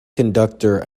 conductor